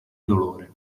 dolore